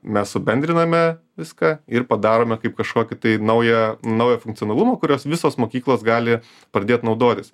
mes subendriname viską ir padarome kaip kažkokį tai naują naują funkcionalumo kurios visos mokyklos gali pradėt naudotis